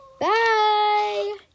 Bye